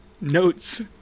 notes